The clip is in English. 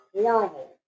horrible